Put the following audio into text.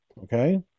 Okay